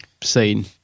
scene